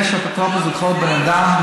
יש אפוטרופוס לכל בן אדם.